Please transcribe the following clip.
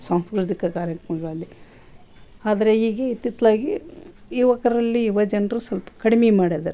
ಸಾಂಸ್ಕೃತಿಕ ಕಾರ್ಯಕ್ರಮಗಳಲ್ಲಿ ಆದರೆ ಈಗ ಇತ್ತಿತ್ಲಾಗೆ ಯುವಕರಲ್ಲಿ ಯುವಜನರು ಸ್ವಲ್ಪ ಕಡಿಮೆ ಮಾಡಿದಾರೆ